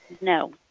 No